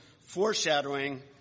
foreshadowing